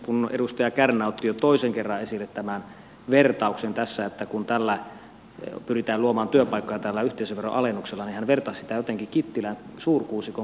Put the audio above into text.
kun edustaja kärnä otti jo toisen kerran esille tämän vertauksen tässä että tällä yhteisöveron alennuksella pyritään luomaan työpaikkoja niin hän vertasi sitä jotenkin kittilän suurikuusikon kultakaivoksen investointiin